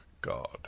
God